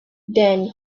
then